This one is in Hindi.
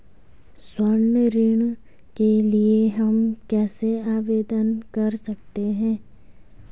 स्वर्ण ऋण के लिए हम कैसे आवेदन कर सकते हैं?